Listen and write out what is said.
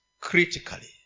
critically